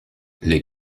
les